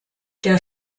der